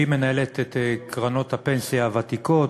שמנהלת את קרנות הפנסיה הוותיקות,